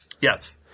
Yes